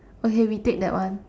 okay we take that one